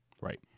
Right